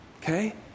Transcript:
Okay